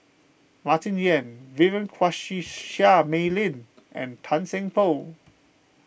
Martin Yan Vivien Quahe Seah Mei Lin and Tan Seng Poh